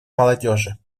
молодежи